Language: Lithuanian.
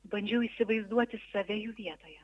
bandžiau įsivaizduoti save jų vietoje